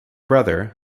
brother